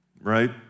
right